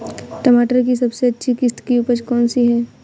टमाटर की सबसे अच्छी किश्त की उपज कौन सी है?